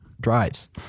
drives